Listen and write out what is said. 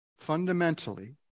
fundamentally